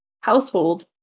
household